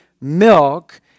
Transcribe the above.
milk